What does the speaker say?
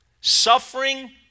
Suffering